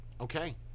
okay